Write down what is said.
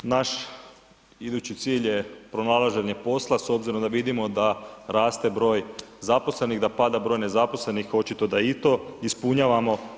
Naš idući cilj je pronalaženje posla s obzirom da vidimo da raste broj zaposlenih da pada broj nezaposlenih, očito da i to ispunjavamo.